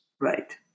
Right